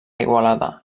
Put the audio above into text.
igualada